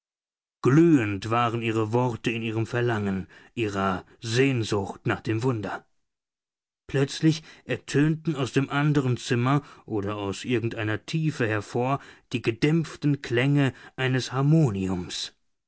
glühend waren ihre worte in ihrem verlangen ihrer sehnsucht nach dem wunder plötzlich ertönten aus dem anderen zimmer oder aus irgendeiner tiefe hervor die gedämpften klänge eines harmoniums